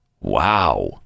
Wow